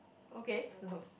okay so